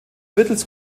mittels